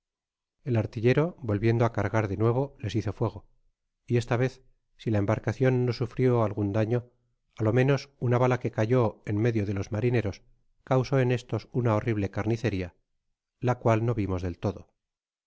el artillero volviendo á cargar de nuevo les hizo fuego y esta vez si la embarcacion no sufrió ningun daño á lo menos una bala que cayé en medio de los marineros causo en estos una horrible carniceria la cual no vimos rim todo sin